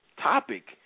topic